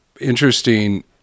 interesting